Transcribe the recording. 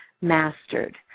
mastered